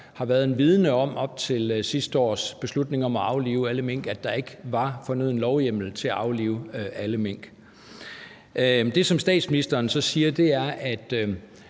rækker op til sidste års beslutning om at aflive alle mink har været en viden om, at der ikke var den fornødne lovhjemmel til at aflive alle mink. Det, som statsministeren siger, er,